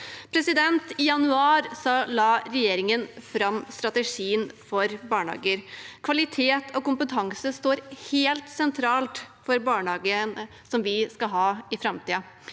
barnehager. I januar la regjeringen fram strategien for barnehager. Kvalitet og kompetanse står helt sentralt for barnehagen vi skal ha i framtiden.